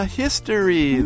history